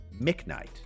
McKnight